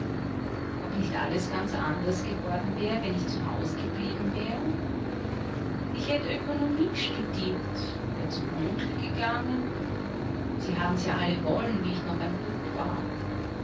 ob nicht alles ganz anders geworden wär wenn ich zu haus geblieben wär ich hätt ökonomie studiert wär zum onkel gegangen sie haben's ja alle wollen wie ich noch ein bub war